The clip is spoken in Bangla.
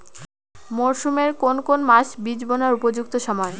মরসুমের কোন কোন মাস বীজ বোনার উপযুক্ত সময়?